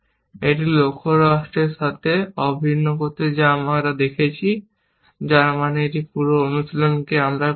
এটিকে লক্ষ্য রাষ্ট্রের সাথে অভিন্ন করতে যা আমরা দেখেছি যার মানে এই পুরো অনুশীলনটি যে আমরা করেছি